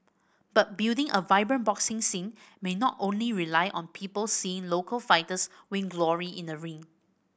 but building a vibrant boxing scene may not only rely on people seeing local fighters win glory in the ring